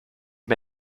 mir